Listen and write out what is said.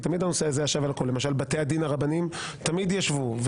למשל, בתי הדין הרבניים תמיד ישבו שם.